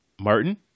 Martin